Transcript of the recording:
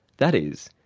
that is,